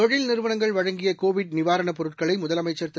தொழில் நிறுவனங்கள் வழங்கிய கோவிட் நிவாரணப்பொருட்களை முதலமைச்சள் திரு